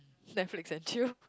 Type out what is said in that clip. netflix and chill